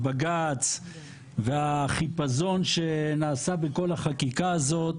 הבג"ץ והחיפזון שנעשה בכל החקיקה הזאת